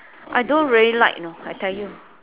I don't really like you know I tell you